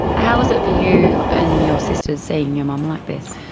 how was it for you and your sisters, seeing your mum like this?